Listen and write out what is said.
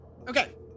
Okay